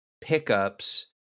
pickups